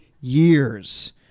years